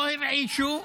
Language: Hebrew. לא הרעישו.